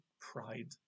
pride